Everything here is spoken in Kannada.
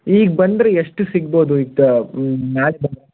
ಈಗ ಬಂದರೆ ಎಷ್ಟು ಸಿಗ್ಬೋದು ಇತ್ತು